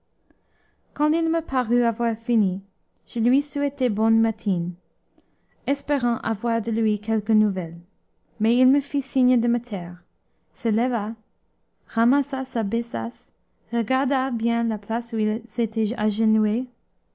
il me parut avoir fini je lui souhaitai bonnes matines espérant avoir de lui quelque nouvelle mais il me fit signe de me taire se leva ramassa sa besace regarda bien la place où il s'était agenouillé